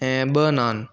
ऐं ॿ नान